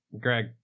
Greg